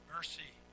Mercy